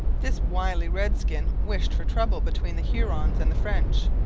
this wily redskin wished for trouble between the hurons and the french,